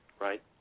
right